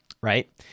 Right